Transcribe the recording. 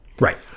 Right